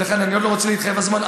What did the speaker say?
ולכן אני עוד לא רוצה להתחייב על זמן,